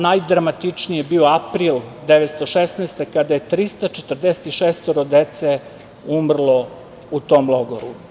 Najdramatičniji je bio april 1916. godine, kada je 346 dece umrlo u tom logoru.